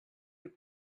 your